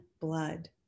blood